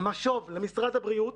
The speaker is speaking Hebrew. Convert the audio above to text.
משוב למשרד הבריאות